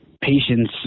patients